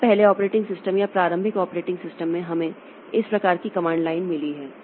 अब पहले operating system या प्रारंभिक ऑपरेटिंग सिस्टम में हमें इस प्रकार की कमांड लाइन मिली है